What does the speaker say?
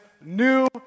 new